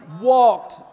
walked